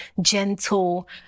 gentle